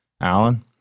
Alan